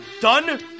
done